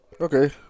Okay